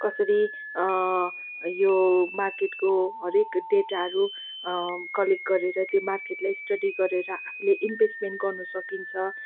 कसरी यो मार्केटको हरेक डेटाहरू कलेक्ट गरेर त्यो मार्केटलाई स्टडी गरेर आफूले इन्भेस्टमेन गर्नु सकिन्छ